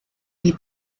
die